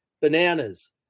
Bananas